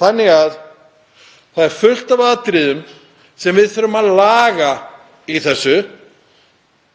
Það er því fullt af atriðum sem við þurfum að laga í þessu.